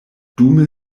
dume